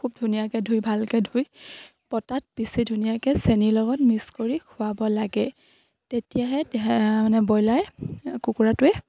খুব ধুনীয়াকে ধুই ভালকে ধুই পটাত পিচি ধুনীয়াকে চেনীৰ লগত মিক্স কৰি খোৱাব লাগে তেতিয়াহে মানে ব্ৰইলাৰ কুকুৰাটোৱে